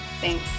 thanks